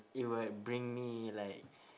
it will bring me like